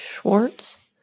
Schwartz